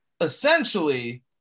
essentially